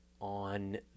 on